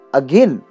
again